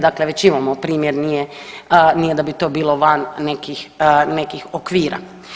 Dakle, već imamo primjer, nije da bi to bilo van nekih okvira.